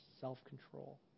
self-control